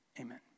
Amen